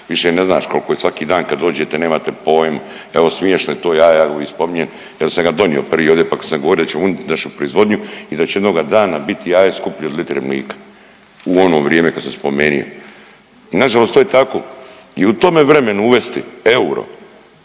Više ne znaš koliko je svaki dan kad dođete nemate pojma. Evo smiješno je to, ja ga spominjem jer sam ga donio prije ovdje pa kad sam govorio da će …/Govornik se ne razumije./… našu proizvodnju i da će jednoga dana biti jaje skuplje od litre mlika u ono vrijeme kad sam spomenija. I na žalost to je tako. I u tome vremenu uvesti euro